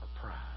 pride